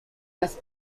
was